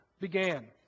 began